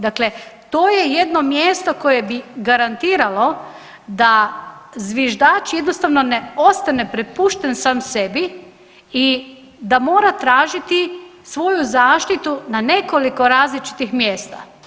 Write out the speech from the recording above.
Dakle, to je jedno mjesto koje bi garantiralo da zviždač jednostavno ne ostane prepušten sam sebi i da mora tražiti svoju zaštitu na nekoliko različitih mjesta.